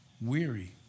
weary